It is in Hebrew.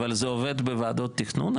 אבל זה עובד בוועדות תכנון?